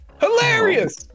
Hilarious